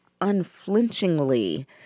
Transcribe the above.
unflinchingly